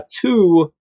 two